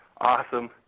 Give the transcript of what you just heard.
Awesome